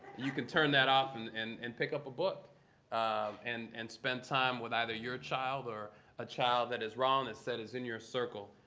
you can turn that off and and and pick up a book um and and spend time we either your child or a child that, as roland has said, is in your circle.